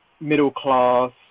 middle-class